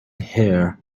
hear